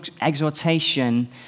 exhortation